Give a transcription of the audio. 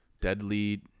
deadly